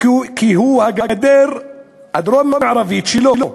כי הוא הגדר הדרום-מערבית שלו.